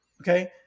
Okay